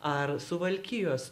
ar suvalkijos